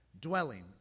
dwelling